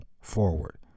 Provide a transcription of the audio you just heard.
forward